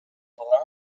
bronze